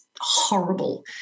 horrible